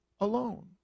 alone